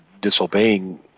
disobeying